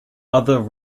other